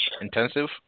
intensive